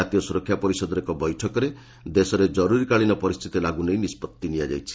କାତୀୟ ସୁରକ୍ଷା ପରିଷଦର ଏକ ବୈଠକରେ ଦେଶରେ ଜରୁରୀକାଳୀନ ପରିସ୍ଥିତି ଲାଗୁ ନେଇ ନିଷ୍ପଭି ନିଆଯାଇଛି